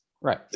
right